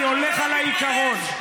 אני לא הולך על המתים, אני הולך על העיקרון.